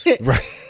Right